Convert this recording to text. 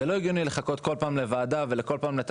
זה לא הגיוני לחכות, בכל פעם, לוועדה ולתקנות.